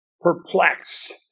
perplexed